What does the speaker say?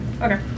Okay